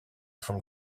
from